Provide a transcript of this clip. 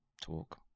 talk